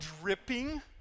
dripping